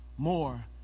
more